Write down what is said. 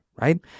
right